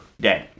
day